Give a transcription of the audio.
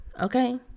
Okay